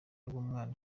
bw’umwana